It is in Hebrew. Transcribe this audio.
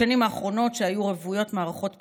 בשנים האחרונות, שהיו רוויות מערכות בחירות,